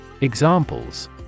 Examples